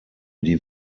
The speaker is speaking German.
die